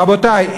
רבותי,